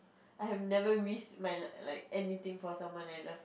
I have never risked my like anything for someone I love